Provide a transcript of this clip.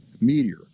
meteor